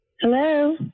Hello